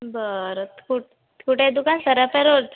बरं कुठं कुठं आहे दुकान सराफा रोद